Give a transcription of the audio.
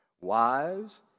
wives